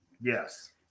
Yes